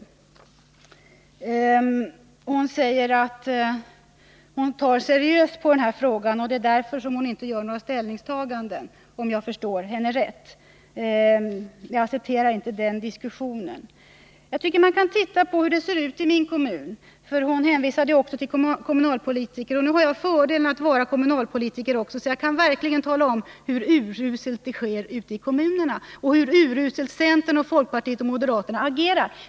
Karin Söder säger att hon tar seriöst på den här frågan. Det är därför som hon inte gör några ställningstaganden, om jag förstår henne rätt. Jag accepterar inte den diskussionen. Jag tycker att man kan titta på hur det ser ut i min kommun, eftersom Karin Söder hänvisade till kommunalpolitiker. Jag har fördelen att också vara kommunalpolitiker, så jag kan verkligen tala om hur uruselt det går till ute i kommunerna och hur uruselt centern, folkpartiet och moderaterna agerar.